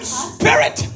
spirit